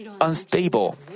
unstable